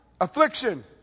affliction